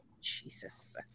Jesus